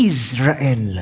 Israel